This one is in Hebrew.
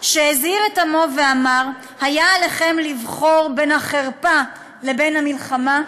שהזהיר את עמו ואמר: היה עליכם לבחור בין החרפה לבין המלחמה,